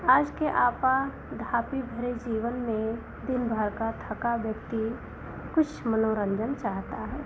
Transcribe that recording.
आज के आपा धापी भरे जीवन में दिनभर का थका व्यक्ति कुछ मनोरन्जन चाहता है